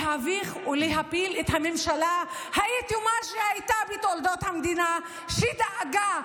להביך ולהפיל את הממשלה היחידה שהייתה בתולדות המדינה שדאגה,